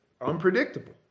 unpredictable